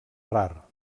rar